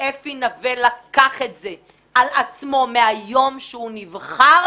ואפי נוה לקח את זה על עצמו מהיום שהוא נבחר.